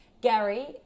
Gary